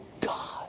God